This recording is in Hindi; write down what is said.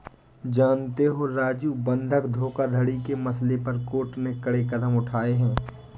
जानते हो राजू बंधक धोखाधड़ी के मसले पर कोर्ट ने कड़े कदम उठाए हैं